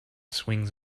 swings